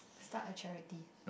start a charity